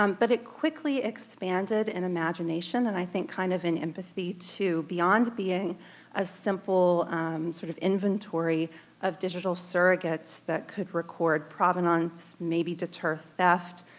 um but it quickly expanded in imagination and i think kind of an empathy to beyond being a simple sort of inventory of digital surrogates that could record provenance, maybe deter theft,